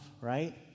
right